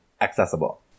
accessible